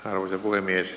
arvoisa puhemies